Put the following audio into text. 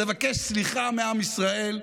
לבקש סליחה מעם ישראל,